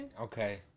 Okay